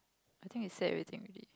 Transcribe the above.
I think it set everything already